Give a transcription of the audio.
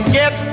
get